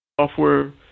software